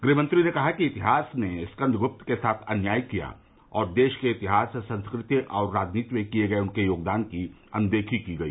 गृहमंत्री ने कहा कि इतिहास ने स्कंदगुप्त के साथ अन्याय किया और देश के इतिहास संस्कृति और राजनीति में किये गये उनके योगदान की अनदेखी की गई